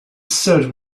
served